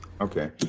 Okay